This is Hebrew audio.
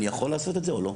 אני יכול לעשות את זה או לא?